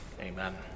Amen